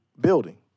building